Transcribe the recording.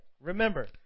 remember